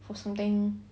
for something